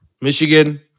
Michigan